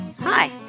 Hi